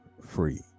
free